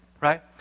right